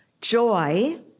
Joy